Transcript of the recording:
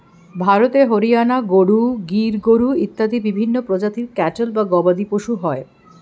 ভারতে হরিয়ানা গরু, গির গরু ইত্যাদি বিভিন্ন প্রজাতির ক্যাটল বা গবাদিপশু হয়